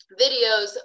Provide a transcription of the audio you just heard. videos